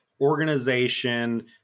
organization